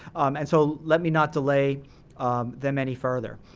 and so, let me not delay them any further.